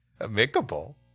Amicable